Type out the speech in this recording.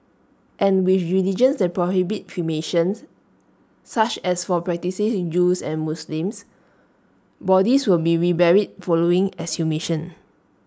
and with religions that prohibit cremation such as for practising Jews and Muslims bodies will be reburied following exhumation